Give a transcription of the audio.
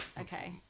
okay